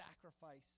sacrifice